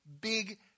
big